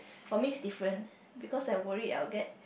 for me it's different because I worry I will get